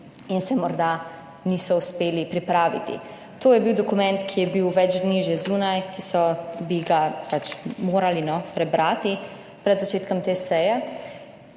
in se morda niso uspeli pripraviti. To je bil dokument, ki je bil več dni že zunaj, ki bi ga morali prebrati pred začetkom te seje.